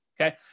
okay